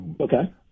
Okay